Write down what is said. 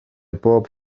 bob